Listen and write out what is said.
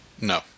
No